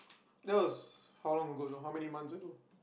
that was how long ago or how many months ago